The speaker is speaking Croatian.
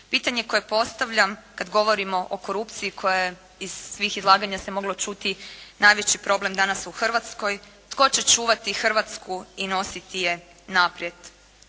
Pitanje koje postavljam, kada govorimo o korupciji koja je iz svih izlaganja se moglo čuti, najveći problem danas u Hrvatskoj. Tko će čuvati Hrvatsku i nositi je naprijed